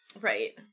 Right